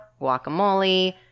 guacamole